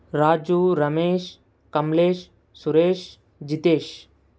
Raju Ramesh Kamlesh Suresh Jitesh